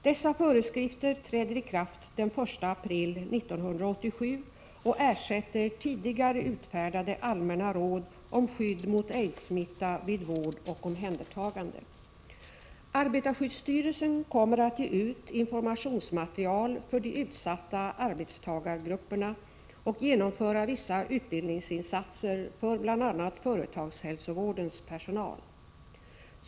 Dessa föreskrifter träder i kraft den 1 april 1987 och ersätter tidigare utfärdade allmänna råd om skydd mot aidssmitta vid vård och omhändertagande. Arbetarskyddsstyrelsen kommer att ge ut informationsmaterial för de utsatta arbetstagargrupperna och genomföra vissa utbildningsinsatser för bl.a. företagshälsovårdens personal.